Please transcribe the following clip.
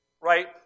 right